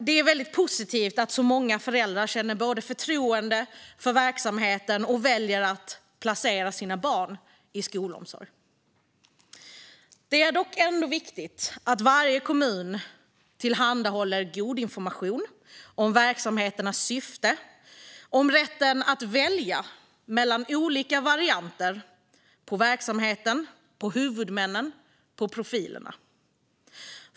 Det är väldigt positivt att så många föräldrar känner förtroende för verksamheten och väljer att placera sina barn i skolomsorg. Det är dock ändå viktigt att varje kommun tillhandahåller god information om verksamheternas syfte och om rätten att välja mellan olika varianter på verksamheterna, olika huvudmän och olika profiler.